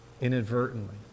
inadvertently